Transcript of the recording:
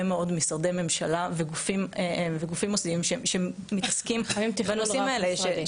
מאוד משרדי ממשלה וגופים מוסדיים שמתעסקים בנושאים האלה,